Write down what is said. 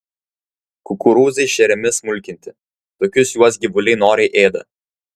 kukurūzai šeriami smulkinti tokius juos gyvuliai noriai ėda